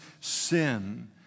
sin